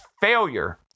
failure